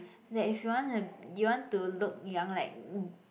that if you want to you want to look young like